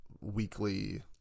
weekly